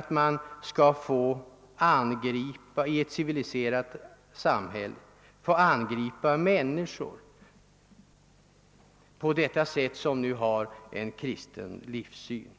när man i ett civiliserat samhälle på detta sätt tillåter angrepp på människor med kristen livssyn.